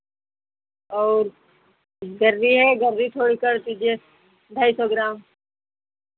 और गर्री है गर्री थोड़ी कर दीजिए ढाई सौ ग्राम